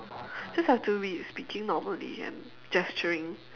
just have to be speaking normally and gesturing